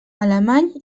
alemany